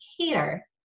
cater